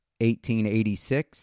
1886